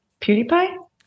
PewDiePie